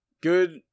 good